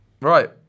Right